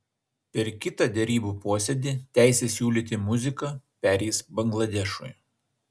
per kitą derybų posėdį teisė siūlyti muziką pereis bangladešui